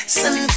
sun